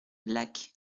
lacs